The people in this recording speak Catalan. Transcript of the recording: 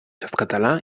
softcatalà